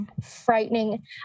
frightening